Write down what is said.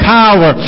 power